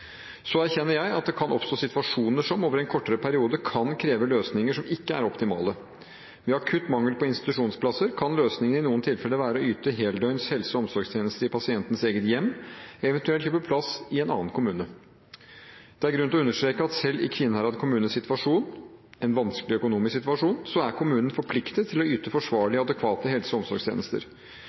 Så erkjenner jeg at det kan oppstå situasjoner som, over en kortere periode, kan kreve løsninger som ikke er optimale. Ved akutt mangel på institusjonsplasser kan løsningen i noen tilfeller være å yte heldøgns helse- og omsorgstjenester i pasientens eget hjem, eventuelt kjøpe plass i en annen kommune. Det er grunn til å understreke at selv i Kvinnherad kommunes situasjon – en vanskelig økonomisk situasjon – er kommunen forpliktet til å yte forsvarlige og adekvate helse- og omsorgstjenester.